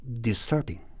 disturbing